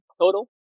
total